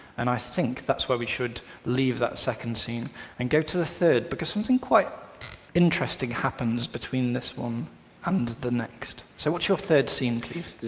and i think that's why we should leave that second scene and go to the third because something quite interesting happens between this one and the next. so what's your third scene please?